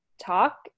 talk